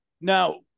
Now